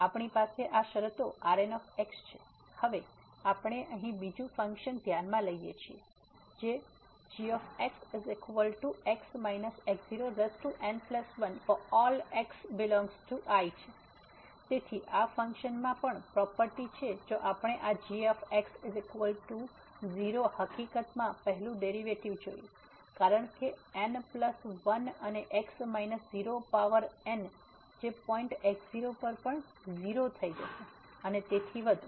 તેથી આપણી પાસે આ શરતો Rn છે હવે આપણે અહીં બીજું ફંક્શન ધ્યાનમાં લઈએ છીએ જે છે gxx x0n1∀x∈I તેથી આ ફંકશનમાં પણ પ્રોપર્ટી છે જો આપણે આ gx00 હકીકતમાં પહેલું ડેરિવેટિવ્ડ જોયું કારણ કે n પ્લસ 1 અને x માઈનસ 0 પાવર n જે પોઈન્ટ x0 પર પણ 0 થઈ જશે અને તેથી વધુ